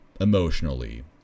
emotionally